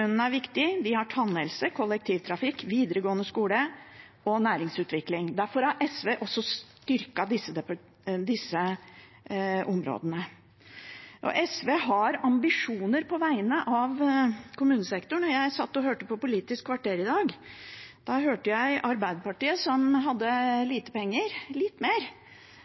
er viktig. De har tannhelse, kollektivtrafikk, videregående skole og næringsutvikling. Derfor har SV også styrket disse områdene. SV har ambisjoner på vegne av kommunesektoren. Jeg satt og hørte på Politisk kvarter i dag. Da hørte jeg Arbeiderpartiet, som hadde lite penger – litt mer,